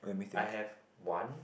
I have one